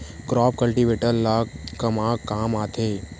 Crop cultivator ला कमा काम आथे?